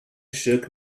shook